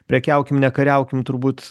prekiaukim nekariaukim turbūt